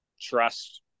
trust